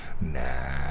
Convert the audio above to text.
nah